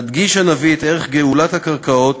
מדגיש הנביא את ערך גאולת הקרקעות,